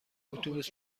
اتوبوس